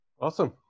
Awesome